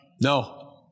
No